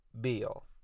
Beal